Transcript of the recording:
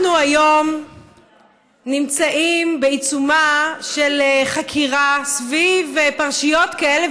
היום נמצאים בעיצומה של חקירה סביב פרשיות כאלה